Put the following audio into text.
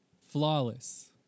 Flawless